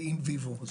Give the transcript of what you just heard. גם